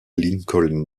lincoln